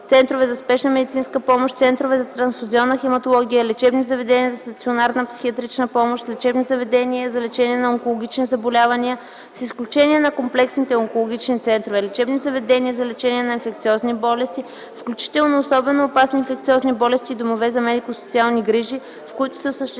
центрове за спешна медицинска помощ, центрове за трансфузионна хематология, лечебни заведения за стационарна психиатрична помощ, лечебни заведения за лечение на онкологични заболявания, с изключение на комплексните онкологични центрове, лечебни заведения за лечение на инфекциозни болести, включително особено опасни инфекциозни болести и домове за медико-социални грижи, в които се осъществяват